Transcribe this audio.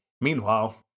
Meanwhile